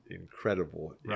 incredible